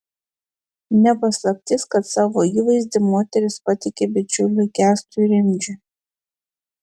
ne paslaptis kad savo įvaizdį moteris patiki bičiuliui kęstui rimdžiui